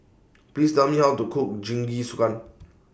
Please Tell Me How to Cook Jingisukan